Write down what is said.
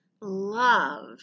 love